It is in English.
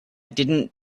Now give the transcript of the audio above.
didn’t